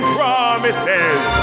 promises